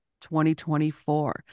2024